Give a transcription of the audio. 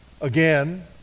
again